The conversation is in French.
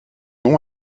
nom